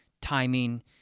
timing